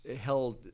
held